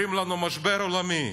אומרים לנו "משבר עולמי"